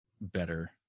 better